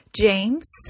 James